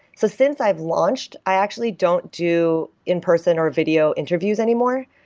so since i've launched, i actually don't do in-person or video interviews anymore.